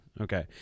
Okay